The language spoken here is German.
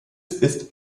ist